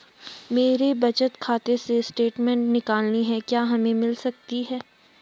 मेरे बचत खाते से स्टेटमेंट निकालनी है क्या हमें मिल सकती है?